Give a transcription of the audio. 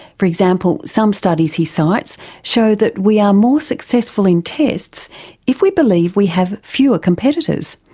for example, some studies he cites show that we are more successful in tests if we believe we have fewer competitors,